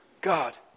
God